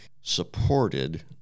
supported